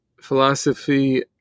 Philosophy